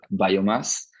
biomass